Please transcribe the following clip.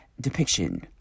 depiction